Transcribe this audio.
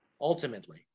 ultimately